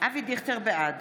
בעד